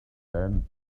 sand